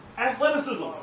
athleticism